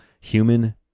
human